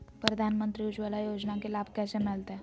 प्रधानमंत्री उज्वला योजना के लाभ कैसे मैलतैय?